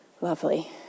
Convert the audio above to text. Lovely